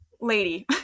lady